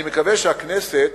אני מקווה שהכנסת